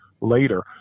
later